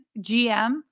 GM